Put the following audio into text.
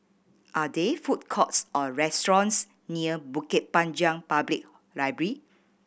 are there food courts or restaurants near Bukit Panjang Public Library